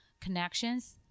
connections